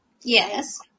Yes